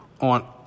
on